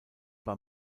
bei